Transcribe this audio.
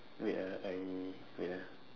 wait ah I wait ah